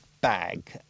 bag